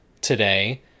today